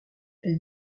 elle